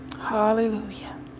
Hallelujah